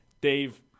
Dave